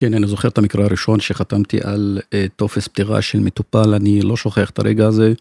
כן, אני זוכר את המקרה הראשון שחתמתי על תופס פטירה של מטופל, אני לא שוכח את הרגע הזה.